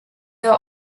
are